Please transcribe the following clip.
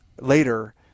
later